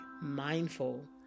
mindful